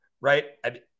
right